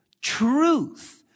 truth